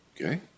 Okay